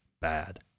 bad